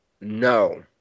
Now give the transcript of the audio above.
no